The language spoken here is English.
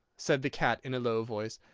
said the cat in a low voice.